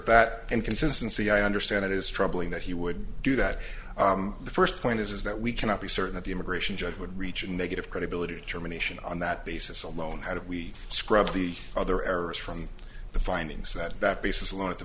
that inconsistency i understand it is troubling that he would do that the first point is is that we cannot be certain that the immigration judge would reach a negative credibility termination on that basis alone how do we scrub the other errors from the findings that that basis alone at the